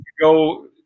go